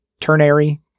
ternary